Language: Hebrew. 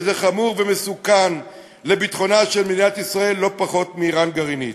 וזה חמור ומסוכן לביטחונה של מדינת ישראל לא פחות מאיראן גרעינית.